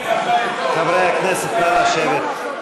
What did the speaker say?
חברי הכנסת, נא לשבת.